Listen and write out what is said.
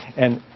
and,